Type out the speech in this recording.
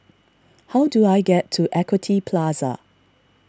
how do I get to Equity Plaza